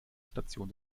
station